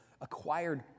acquired